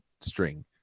string